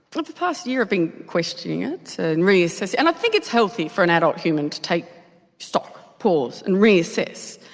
look the past year i've been questioning it so and reassess and i think it's healthy for an adult human to take stock pause and reassess.